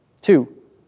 Two